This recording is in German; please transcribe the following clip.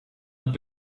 und